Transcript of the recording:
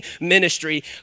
ministry